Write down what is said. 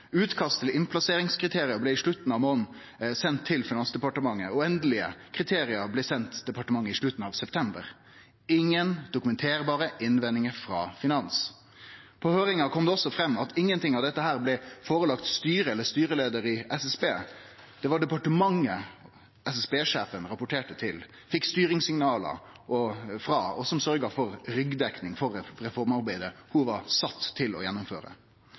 Utkast til plasseringskriterium blei i slutten av månaden sendt til Finansdepartementet, og endelege kriterium blei sende departementet i slutten av september. Det var ingen dokumenterbare innvendingar frå Finansdepartementet. På høyringa kom det også fram at ingenting av dette blei lagt fram for styret eller styreleiaren i SSB – det var departementet SSB-sjefen rapporterte til og fekk styringssignal frå, og som sørgde for ryggdekning for det reformarbeidet ho var sett til å gjennomføre.